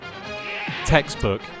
Textbook